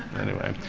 anyway.